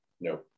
No